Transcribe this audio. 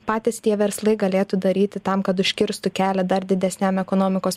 patys tie verslai galėtų daryti tam kad užkirstų kelią dar didesniam ekonomikos